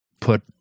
put